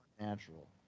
natural